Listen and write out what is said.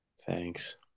Thanks